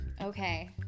Okay